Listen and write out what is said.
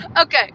Okay